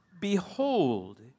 behold